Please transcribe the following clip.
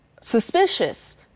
suspicious